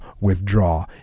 withdraw